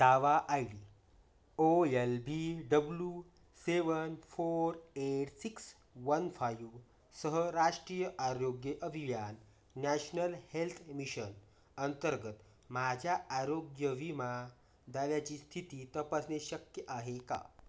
दावा I D O L B W seven four eight six one फायवसह राष्ट्रीय आरोग्य अभियान नॅशनल हेल्थ मिशन अंतर्गत माझ्या आरोग्यविमा दाव्याची स्थिती तपासणे शक्य आहे का